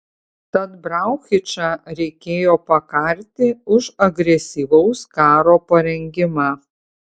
tad brauchičą reikėjo pakarti už agresyvaus karo parengimą